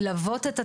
ללוות את התהליך,